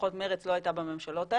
לפחות מרצ לא הייתה בממשלות האלה,